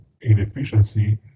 inefficiency